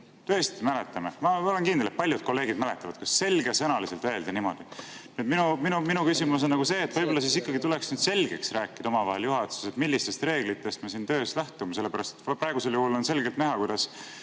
Tõesti mäletame. Ma olen kindel, et paljud kolleegid mäletavad, kuidas selgesõnaliselt öeldi niimoodi. Minu küsimus on see, et võib-olla tuleks ikkagi selgeks rääkida omavahel juhatuses, millistest reeglitest me siin töös lähtume. Praegusel juhul on selgelt näha, kuidas